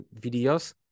videos